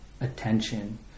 attention